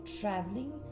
traveling